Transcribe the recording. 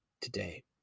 today